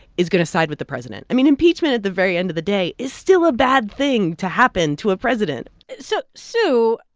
is going to side with the president. i mean, impeachment, at the very end of the day, is still a bad thing to happen to a president so sue,